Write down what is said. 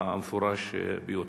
המפורש ביותר.